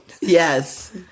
yes